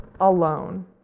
alone